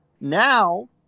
Now